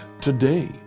Today